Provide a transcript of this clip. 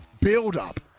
buildup